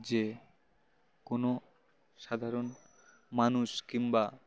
যে কোনো সাধারণ মানুষ কিংবা